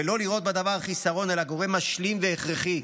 ולא לראות בדבר חיסרון אלא גורם משלים והכרחי.